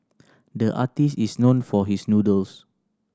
the artist is known for his noodles